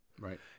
Right